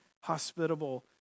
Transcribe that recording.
hospitable